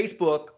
Facebook